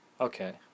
Okay